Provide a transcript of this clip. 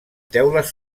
teules